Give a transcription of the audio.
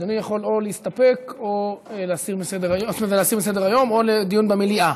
אדוני יכול או להסתפק או להסיר מסדר-היום או לדיון במליאה.